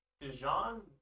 Dijon